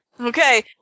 Okay